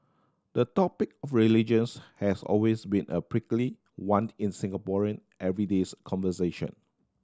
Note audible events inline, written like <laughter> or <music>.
the topic of religions has always been a prickly one <unintelligible> in Singaporean every days conversation